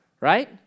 right